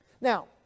Now